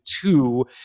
two